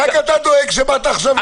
רק אתה דואג, שבאת עכשיו לישיבה.